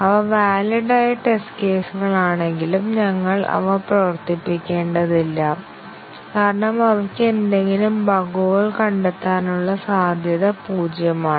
അവ വാലിഡ് ആയ ടെസ്റ്റ് കേസുകളാണെങ്കിലും ഞങ്ങൾ അവ പ്രവർത്തിപ്പിക്കേണ്ടതില്ല കാരണം അവയ്ക്ക് എന്തെങ്കിലും ബഗുകൾ കണ്ടെത്താനുള്ള സാധ്യത പൂജ്യമാണ്